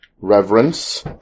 reverence